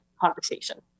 conversation